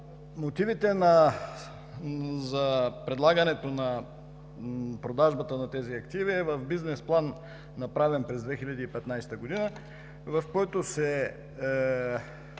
Мотивите за предлагането на продажбата на тези активи е в бизнес план, направен през 2015 г., в който се